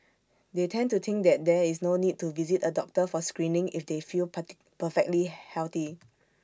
they tend to think that there is no need to visit A doctor for screening if they feel part perfectly healthy